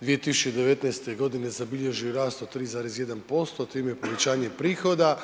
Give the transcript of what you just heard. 2019. godine zabilježio rast od 3,1% a time i povećanje prihoda